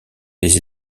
les